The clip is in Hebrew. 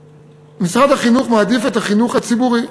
שמשרד החינוך מעדיף את החינוך הציבורי.